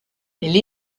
elle